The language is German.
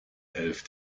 elf